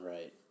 Right